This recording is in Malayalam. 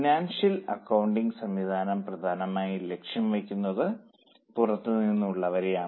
ഫിനാൻഷ്യൽ അക്കൌണ്ടിംഗ് സംവിധാനം പ്രധാനമായും ലക്ഷ്യം വയ്ക്കുന്നത് പുറത്തുനിന്നുള്ളവരെയാണ്